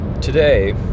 today